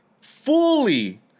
fully